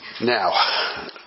Now